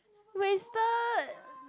wasted